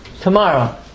tomorrow